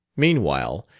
meanwhile,